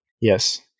Yes